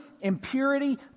impurity